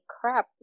crap